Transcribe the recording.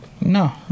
No